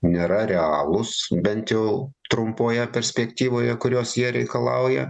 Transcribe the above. nėra realūs bent jau trumpoje perspektyvoje kurios jie reikalauja